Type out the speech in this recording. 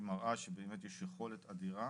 היא מראה שבאמת יש יכולת אדירה